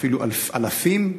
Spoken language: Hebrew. ואפילו אלפים,